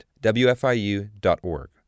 wfiu.org